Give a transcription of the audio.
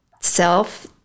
self